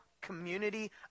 community